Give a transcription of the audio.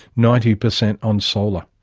ninety percent on solar.